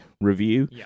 review